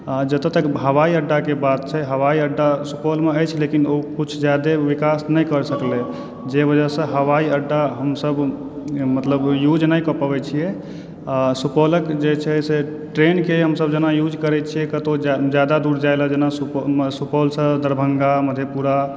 आ जतऽ तक हवाइ अड्डा के बात छै तऽ हवाइ अड्डा सुपौलमे अछि लेकिन ओ किछु जायदे बिकास नहि कर सकलै जाइ वजहसँ हवाइ अड्डा हमसभ मतलब यूज नहि कऽ पबै छियै आ सुपौलक जे छै से ट्रेन के हमसभ जेना यूज करै छियै कतौ जादा दूर जाइ मे जेना सुपौलसँ दरभङ्गा मधेपुरा